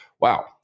Wow